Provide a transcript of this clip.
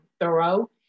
thorough